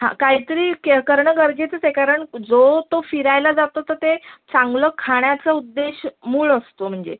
हां काहीतरी करणं गरजेचंच आहे कारण जो तो फिरायला जातो तर ते चांगलं खाण्याचा उद्देश मूळ असतो म्हणजे